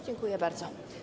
Dziękuję bardzo.